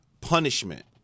punishment